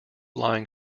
lying